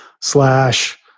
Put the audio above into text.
slash